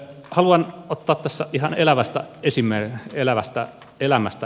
haluan ottaa tässä ihan elävästä elämästä esimerkin